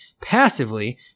passively